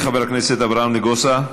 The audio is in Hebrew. חבר הכנסת אברהם נגוסה,